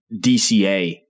DCA